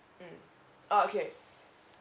mm oh okay